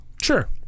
Sure